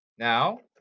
Now